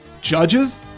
Judges